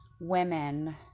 women